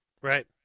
Right